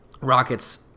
Rockets